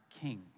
king